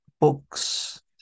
books